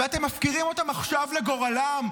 ואתם מפקירים אותם עכשיו לגורלם.